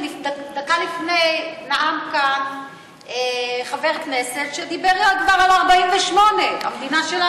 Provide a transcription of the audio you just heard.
דקה לפני נאם כאן חבר כנסת שדיבר כבר על 1948. המדינה שלנו,